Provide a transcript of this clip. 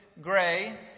gray